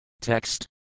Text